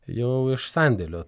jau iš sandėlio